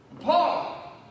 Paul